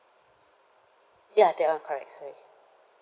ya that one correct sorry